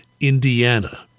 Indiana